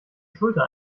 schulter